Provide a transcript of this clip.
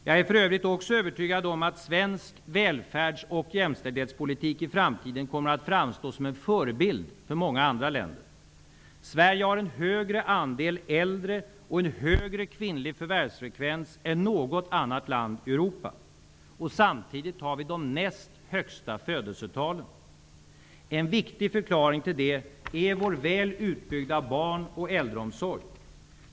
Jag är för övrigt också övertygad om att svensk välfärds och jämställdhetspolitik i framtiden kommer att framstå som en förebild för många andra länder. Sverige har en högre andel äldre och en högre kvinnlig förvärvsfrekvens än något annat land i Europa. Samtidigt har vi de näst högsta födelsetalen. En viktig förklaring till det är vår väl utbyggda barn och äldreomsorg.